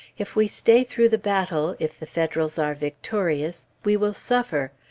if we stay through the battle, if the federals are victorious, we will suffer.